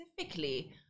specifically